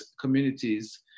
communities